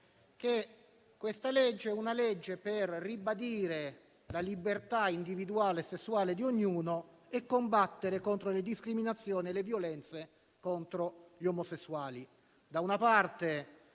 che il testo serve a ribadire la libertà individuale e sessuale di ognuno e a combattere contro le discriminazioni e le violenze contro gli omosessuali.